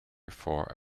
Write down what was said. for